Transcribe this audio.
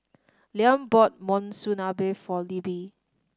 Liam bought Monsunabe for Libby